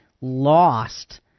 lost